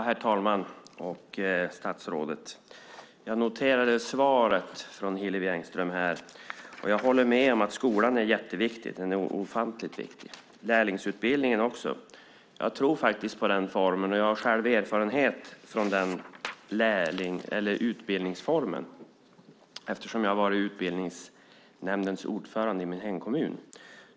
Herr talman! Statsrådet! Jag noterar svaret från Hillevi Engström. Jag håller med om att skolan är jätteviktig. Lärlingsutbildningen är också viktig. Jag tror på den utbildningsformen. Jag har själv erfarenhet från den eftersom jag har varit utbildningsnämndens ordförande i min hemkommun.